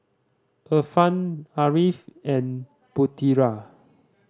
Irfan Ariff and Putera